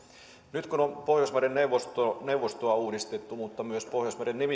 nyt kun on pohjoismaiden neuvostoa neuvostoa uudistettu mutta myös pohjoismaiden